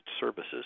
services